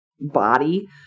body